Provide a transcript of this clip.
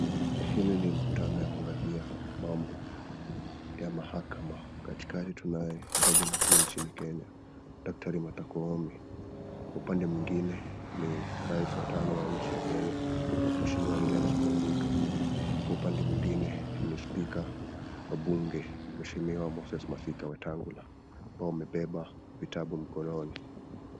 Hili ni mkutano ya kuangazia mambo ya mahakama. Katikati tunaye jaji mkuu nchini Kenya, daktari Martha Koome kwa upande mwingine ni raisi wa tano wa nchi ya Kenya, mheshimiwa William Samoei Ruto na kwa upande mwingine ni spika wa bunge mheshimiwa Moses Masika Wetangula ambao wamebeba vitabu mkononi.